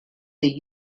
the